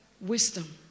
wisdom